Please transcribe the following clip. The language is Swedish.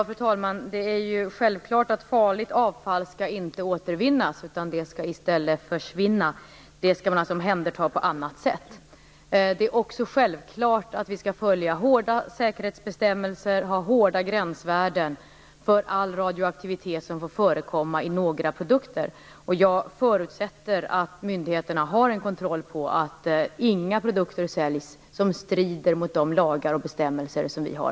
Fru talman! Det är ju självklart att farligt avfall inte skall återvinnas utan det skall i stället försvinna. Det skall omhändertas på annat sätt. Det är också självklart att vi skall följa hårda säkerhetsbestämmelser och ha stränga gränsvärden för all radioaktivitet som får förekomma i några produkter. Jag förutsätter att myndigheterna har den kontrollen att inga produkter säljs som strider mot de lagar och bestämmelser som vi har.